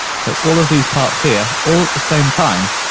so all of these parts, here, all at the same time.